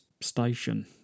station